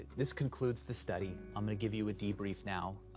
this concludes the study. i'm gonna give you a debrief now, ah,